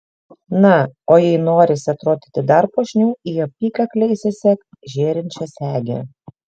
na o jei norisi atrodyti dar puošniau į apykaklę įsisek žėrinčią segę